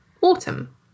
autumn